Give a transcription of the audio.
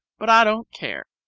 but i don't care.